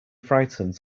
frightened